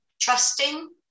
trusting